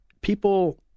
people